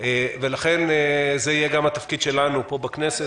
לכן זה יהיה גם התפקיד שלנו בכנסת,